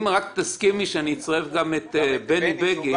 אם רק תסכימי שאני אצרף את בני בגין.